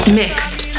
mixed